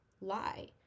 lie